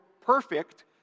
perfect